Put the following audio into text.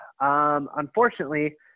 unfortunately